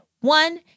One